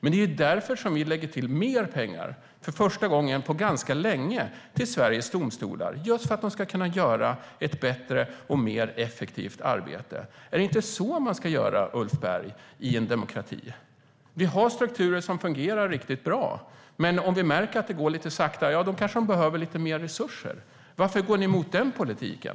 Det är därför vi för första gången på länge lägger till mer pengar till anslaget Sveriges Domstolar så att domstolarna ska kunna göra ett bättre och mer effektivt arbete. Är det inte så man ska göra, Ulf Berg, i en demokrati? Det finns fungerande strukturer, men om vi märker att det går lite sakta kanske de behöver lite mer resurser. Varför går ni mot den politiken?